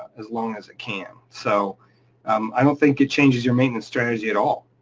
as long as it can. so i don't think it changes your maintenance strategy at all,